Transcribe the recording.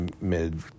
mid